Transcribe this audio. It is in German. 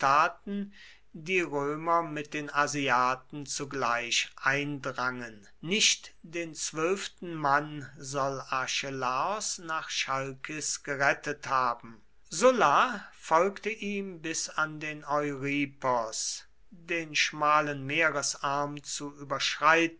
die römer mit den asiaten zugleich eindrangen nicht den zwölften mann soll archelaos nach chalkis gerettet haben sulla folgte ihm bis an den euripos den schmalen meeresarm zu überschreiten